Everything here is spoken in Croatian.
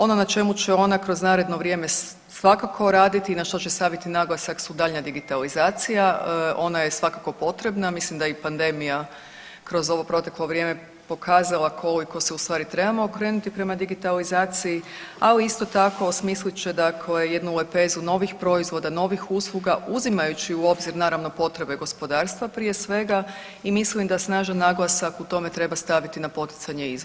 Ono na čemu će ona kroz naredno vrijeme svakako raditi i na što će staviti naglasak su daljnja digitalizacija, ona je svakako potrebna, mislim da je i pandemija kroz ovo proteklo vrijeme pokazala koliko se ustvari trebamo okrenuti prema digitalizaciji, ali isto tako, osmislit će dakle jednu lepezu novih proizvoda, novih usluga, uzimajući u obzir, naravno, potrebe gospodarstva, prije svega i mislim da snažan naglasak u tome treba staviti na poticanje izvoza.